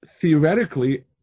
Theoretically